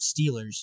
Steelers